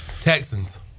Texans